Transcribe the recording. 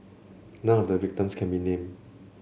none of the victims can be named